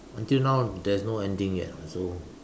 until now there's no ending yet so